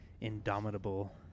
indomitable